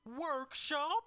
Workshop